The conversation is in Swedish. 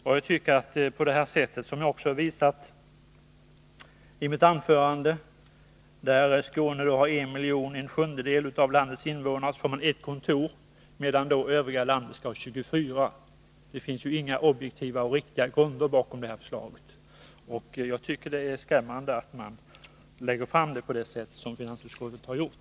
I mitt anförande har jag också påpekat det orimliga i att Skåne, som har en sjundedel av landets invånare, endast får ett kontor, medan övriga landet skall ha 24. Det finns inga objektiva och riktiga grunder bakom förslaget, och jag tycker det är skrämmande att det läggs fram på det sätt som finansutskottet har gjort.